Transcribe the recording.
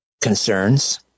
concerns